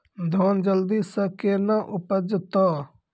धान जल्दी से के ना उपज तो?